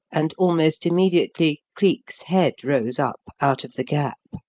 and almost immediately cleek's head rose up out of the gap.